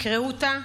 תקראו אותה,